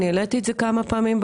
אני העליתי את זה כמה פעמים.